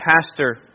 pastor